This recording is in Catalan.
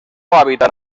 hàbitat